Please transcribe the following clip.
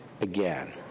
again